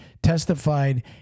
testified